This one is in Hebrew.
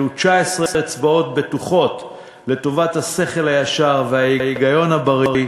אלו 19 אצבעות בטוחות לטובת השכל הישר וההיגיון הבריא,